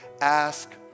ask